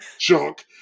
junk